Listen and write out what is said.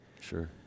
Sure